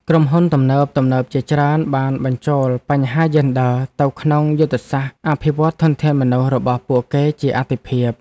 ក្រុមហ៊ុនទំនើបៗជាច្រើនបានបញ្ចូលបញ្ហាយេនឌ័រទៅក្នុងយុទ្ធសាស្ត្រអភិវឌ្ឍន៍ធនធានមនុស្សរបស់ពួកគេជាអាទិភាព។